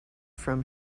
from